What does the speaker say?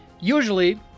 Usually